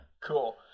Cool